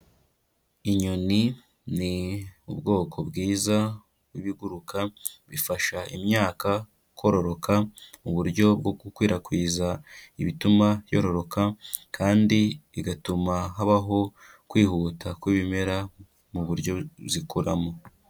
Inyoni ni ubwoko bwiza bw'ibiguruka, bifasha imyaka kororoka mu buryo bwo gukwirakwiza ibituma yororoka, kandi bigatuma habaho kwihuta kw'ibimera mu buryo zikuramo.